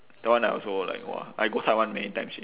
that one I also like !wah! I go taiwan many times already